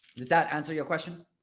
does that answer your question?